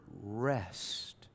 rest